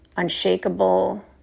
unshakable